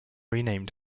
renamed